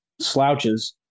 slouches